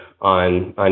on